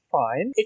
fine